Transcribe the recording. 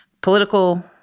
political